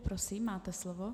Prosím, máte slovo.